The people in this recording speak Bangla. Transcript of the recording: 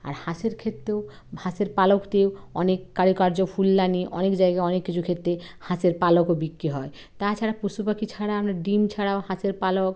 আর হাঁসের ক্ষেতড়ে হাঁসের পালক দিয়ে অনেক কারুকার্য ফুলদানী অনেক জায়গায় অনেক কিছু ক্ষেত্রে হাঁসের পালকও বিক্রি হয় তাছাড়া পশুপাখি ছাড়া আমরা ডিম ছাড়াও হাঁসের পালক